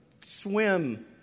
swim